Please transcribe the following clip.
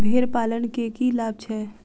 भेड़ पालन केँ की लाभ छै?